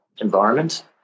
environment